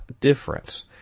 difference